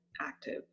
active